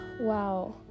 Wow